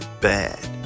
bad